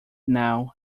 now